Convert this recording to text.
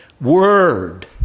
word